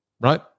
right